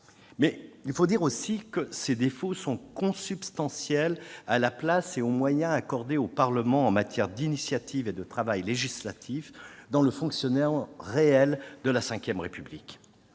Mais il faut dire aussi que ces défauts sont consubstantiels à la place et aux moyens accordés au Parlement en matière d'initiative et de travail législatifs dans le fonctionnement réel de la V République.